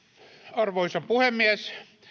arvoisa puhemies